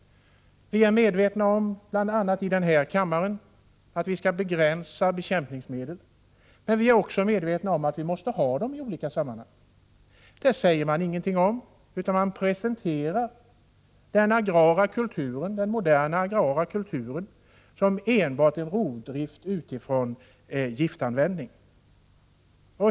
Vi är i den här kammaren medvetna om att vi skall begränsa användningen av bekämpningsmedel. Men vi är också medvetna om att man måste ha sådana i olika sammanhang. Det säger man ingenting om i det här materialet, utan man presenterar den moderna agrara kulturen som enbart en rovdrift utifrån giftanvändning.